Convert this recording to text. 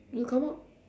you come up